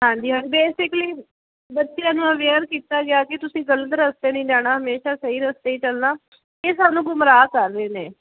ਹਾਂਜੀ ਹਾਂਜੀ ਬੇਸਿਕਲੀ ਬੱਚਿਆਂ ਨੂੰ ਅਵੇਅਰ ਕੀਤਾ ਗਿਆ ਕਿ ਤੁਸੀਂ ਗਲਤ ਰਸਤੇ ਨਹੀਂ ਜਾਣਾ ਹਮੇਸ਼ਾ ਸਹੀ ਰਸਤੇ ਹੀ ਚਲਣਾ ਇਹ ਸਾਨੂੰ ਗੁਮਰਾਹ ਕਰ ਰਹੇ ਨੇ